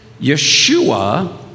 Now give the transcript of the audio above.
Yeshua